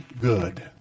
good